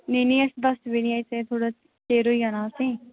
नेई नेई अस्स दस्स बजे नी आई सकदे थोह्ड़ा चिर होई जाना असेंगी